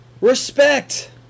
Respect